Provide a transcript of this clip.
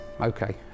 okay